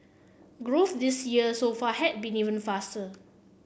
growth this year so far had been even faster